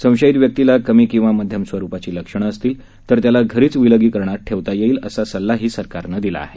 संशयित व्यक्तीला कमी किंवा मध्यम स्वरुपाची लक्षणं असतील तर त्याला घरीच विलगीकरणार ठेवता येईल असा सल्लाही सरकारने दिला आहे